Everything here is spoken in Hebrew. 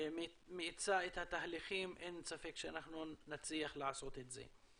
ומאיצה את התהליכים אין ספק שאנחנו נצליח לעשות את זה.